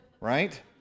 Right